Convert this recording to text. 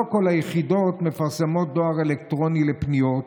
לא כל היחידות מפרסמות דואר אלקטרוני לפניות,